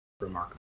remarkable